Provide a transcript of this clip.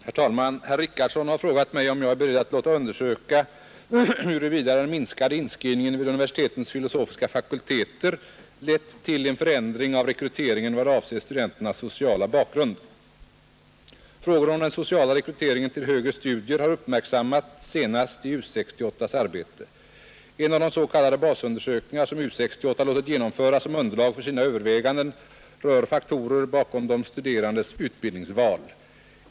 Herr talman! Herr Richardson har frågat mig om jag är beredd att låta undersöka huruvida den minskade inskrivningen vid universitetens filosofiska fakulteter lett till en förändring av rekryteringen vad avser studenternas sociala bakgrund. Frågor om den sociala rekryteringen till högre studier har uppmärksammats senast i U 68:s arbete. En av de s.k. basundersökningar som U 68 låtit genomföra som underlag för sina överväganden rör faktorer bakom de studerandes utbildningsval.